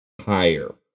higher